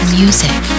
music